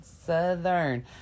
southern